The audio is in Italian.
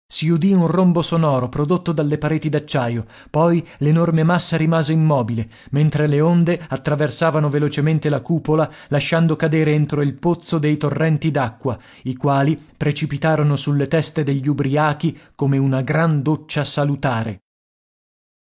un rombo sonoro prodotto dalle pareti d'acciaio poi l'enorme massa rimase immobile mentre le onde attraversavano velocemente la cupola lasciando cadere entro il pozzo dei torrenti d'acqua i quali precipitarono sulle teste degli ubriachi come una gran doccia salutare